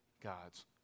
God's